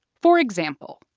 for example,